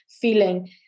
feeling